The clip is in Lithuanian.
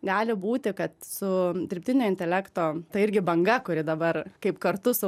gali būti kad su dirbtinio intelekto ta irgi banga kuri dabar kaip kartu su